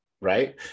Right